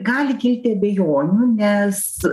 gali kilti abejonių nes